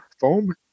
foam